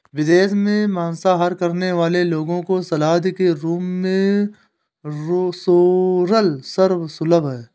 विदेशों में मांसाहार करने वाले लोगों को सलाद के रूप में सोरल सर्व सुलभ है